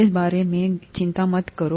इस बारे में चिंता मत करो